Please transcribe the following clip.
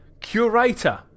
curator